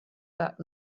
that